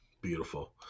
Beautiful